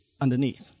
underneath